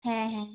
ᱦᱮᱸ ᱦᱮᱸ